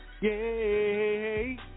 Yay